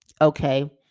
okay